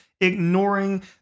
ignoring